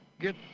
get